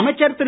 அமைச்சர் திரு